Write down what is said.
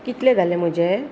कितले जाले म्हजे